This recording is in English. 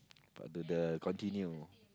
got to the continue